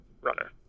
runner